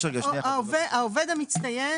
העובד המצטיין,